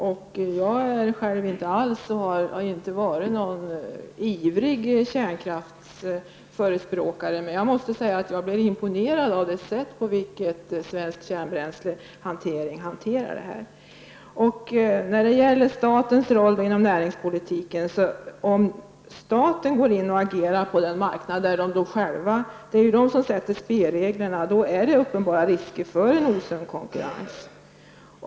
Själv har jag inte alls varit en ivrig kärnkraftsförespråkare, men jag måste säga att jag blev imponerad av det sätt som Svensk Vad så gäller statens roll inom näringspolitiken vill jag säga så här: Om staten agerar på den marknad där man själv sätter upp spelreglerna uppstår uppenbara risker för en osund konkurrens.